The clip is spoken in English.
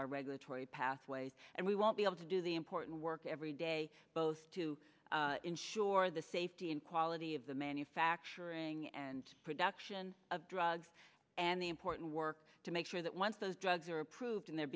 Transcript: our regulatory pathway and we won't be able to do the important work every day both to ensure the safety and quality of the manufacturing and production of drugs and the important work to make sure that once those drugs are approved and they're